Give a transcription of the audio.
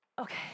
Okay